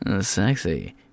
Sexy